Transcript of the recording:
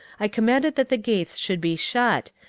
i commanded that the gates should be shut,